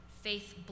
Faith